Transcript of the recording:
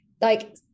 like-